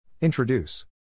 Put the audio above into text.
Introduce